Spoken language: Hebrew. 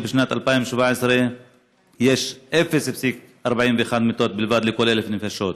ובשנת 2017 יש 0.41 מיטות בלבד לכל 1,000 נפשות.